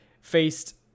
faced